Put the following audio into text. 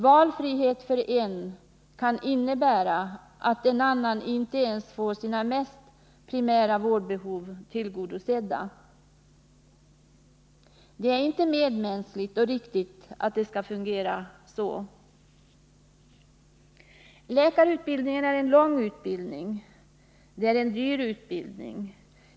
Valfrihet för en kan innebära att en annan inte ens får sina mest primära vårdbehov tillgodosedda. Det är inte medmänskligt och riktigt att det skall fungera så. Läkarutbildningen är en lång utbildning. Det är också en dyr utbildning.